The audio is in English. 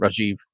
Rajiv